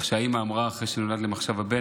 כמו שהאימא אמרה לאחר שנולד להם הבן.